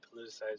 politicized